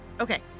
Okay